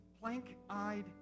plank-eyed